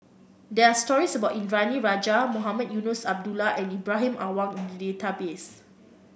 there're stories about Indranee Rajah Mohamed Eunos Abdullah and Ibrahim Awang in the database